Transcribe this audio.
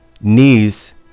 knees